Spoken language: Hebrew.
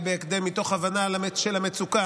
התקבלה בקריאה הראשונה ותעבור להכנתה